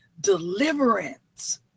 deliverance